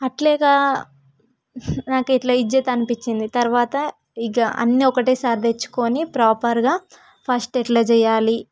అట్లే ఇక నాకు ఏదో ఇజ్జత్ అనిపించింది తరువాత ఇక అన్ని ఒకటేసారి తెచ్చుకొని ప్రోపర్గా ఫస్ట్ ఎలా చేయాలి